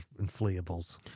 inflatables